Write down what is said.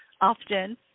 often